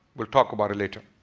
we'll talk about it later.